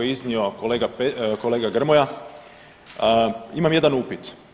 je iznio kolega Grmoja imam jedan upit.